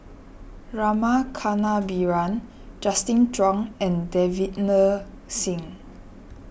Rama Kannabiran Justin Zhuang and Davinder Singh